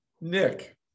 Nick